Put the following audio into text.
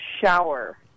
shower